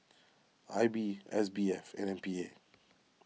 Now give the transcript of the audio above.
I B S B F and M P A